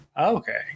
okay